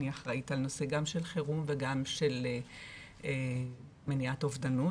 אני אחראית על נושא גם של חירום וגם של מניעת אובדנות,